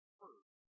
first